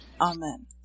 Amen